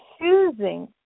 choosing